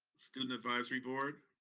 student advisory board.